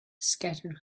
scattered